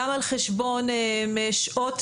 גם על חשבון שעות,